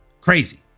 Crazy